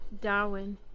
Darwin